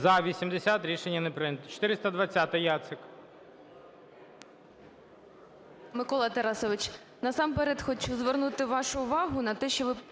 За-80 Рішення не прийнято. 420-а, Яцик.